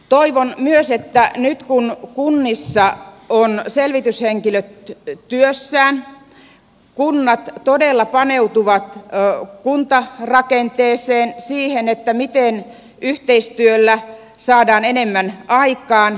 toivon myös että nyt kun kunnissa ovat selvityshenkilöt työssään kunnat todella paneutuvat kuntarakenteeseen siihen miten yhteistyöllä saadaan enemmän aikaan